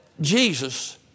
Jesus